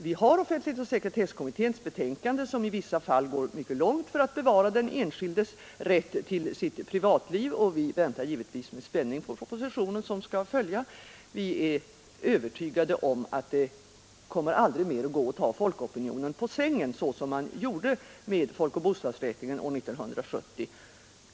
Vi har nu fått offentlighetsoch sekretesslagstiftningskommitténs betänkande, som i vissa fall går mycket långt för att bevara den enskildes rätt till privatliv, och vi väntar givetvis med spänning på den proposition som skall följa. Vi är övertygade om att det aldrig mer kommer att gå att ta folkopinionen på sängen så som man gjorde med folkoch bostadsräkningen år 1970.